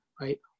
right